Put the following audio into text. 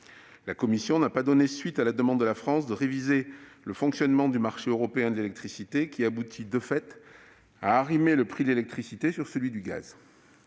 Elle n'a pas donné suite à la demande de la France de réviser le fonctionnement du marché européen de l'électricité, qui aboutit de fait à arrimer le prix de l'électricité à celui du gaz.